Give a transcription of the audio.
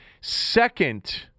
Second